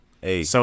Hey